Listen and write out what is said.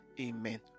Amen